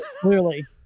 Clearly